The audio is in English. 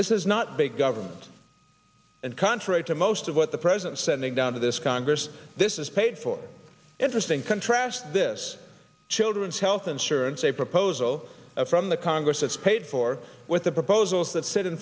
this is not big government and contrary to most of what the president sending down to this congress this is paid for interesting contrast this children's health insurance a proposal from the congress that's paid for with the proposals that